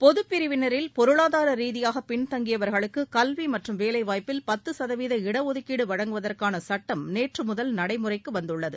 பொதுப்பிரிவினில் பொருளாதார ரீதியாக பின்தங்கியவர்களுக்கு கல்வி மற்றும் வேலைவாய்ப்பில் பத்து சதவீத இடஒதுக்கீடு வழங்குவதற்கான சட்டம் நேற்றுமுதல் நடைமுறைக்கு வந்துள்ளது